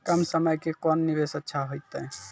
कम समय के कोंन निवेश अच्छा होइतै?